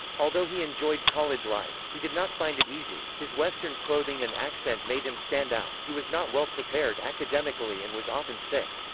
although he enjoyed college life, he did not find it easy his western clothing and accent made him stand out he was not well prepared academically and was often sick.